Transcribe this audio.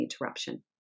interruption